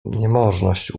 niemożność